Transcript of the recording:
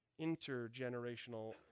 intergenerational